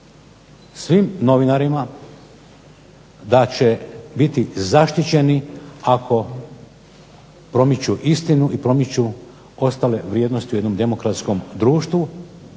svim novinarima da će biti zaštićeni ako promiču istinu i promiču ostale vrijednosti u civilnom društvu,